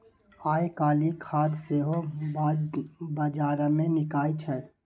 आयकाल्हि खाद सेहो बजारमे बिकय छै